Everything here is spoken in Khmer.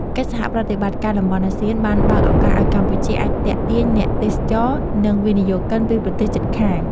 កិច្ចសហប្រតិបត្តិការតំបន់អាស៊ានបានបើកឱកាសឱ្យកម្ពុជាអាចទាក់ទាញអ្នកទេសចរ និងវិនិយោគិនពីប្រទេសជិតខាង។